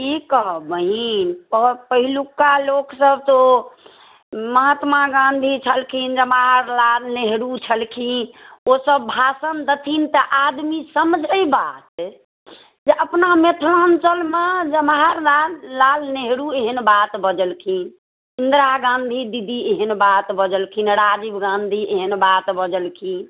की कहब बहिन कहब पहिलुका लोक सब तऽ ओ महात्मा गाँधी छलखिन जवाहरलाल नेहरू छलखिन ओ सब भाषण देथिन तऽ आदमी समझै बात जे अपना मिथिलाञ्चलमे जवाहरलाल लाल नेहरू एहन बात बजलखिन इन्दरा गाँधी दीदी एहन बात बजलखिन राजीव गाँधी एहन बात बजलखिन